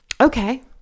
Okay